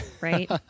right